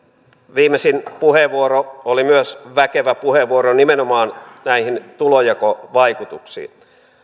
viimeisin puheenvuoro oli myös väkevä puheenvuoro nimenomaan näihin tulonjakovaikutuksiin liittyen